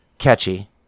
Catchy